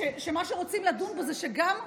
שמה שרוצים לדון בו זה שגם,